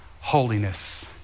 holiness